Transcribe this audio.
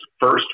first